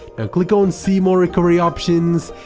ah click on see more recovery options,